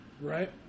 right